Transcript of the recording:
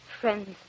friends